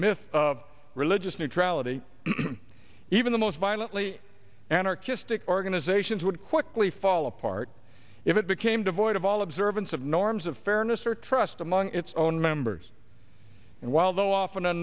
myth of religious neutrality even the most violently anarchistic organizations would quickly fall apart if it became devoid of all observance of norms of fairness or trust among its own members and while th